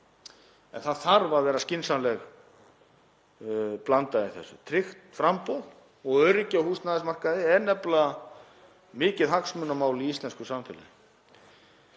en það þarf að vera skynsamleg blanda í þessu. Tryggt framboð og öryggi á húsnæðismarkaði er nefnilega mikið hagsmunamál í íslensku samfélagi.